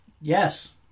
yes